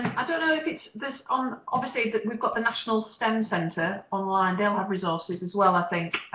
i don't know if it's this, um obviously we've got the national stem center online. they'll have resources as well i think.